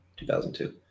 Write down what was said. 2002